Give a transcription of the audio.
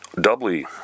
doubly